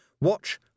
Watch